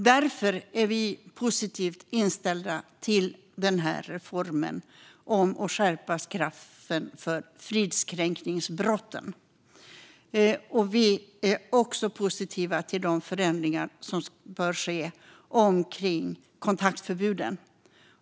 Därför är vi positivt inställda till reformen om att skärpa straffen för fridskränkningsbrotten. Vi är också positiva till de förändringar som bör ske angående kontaktförbuden.